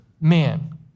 man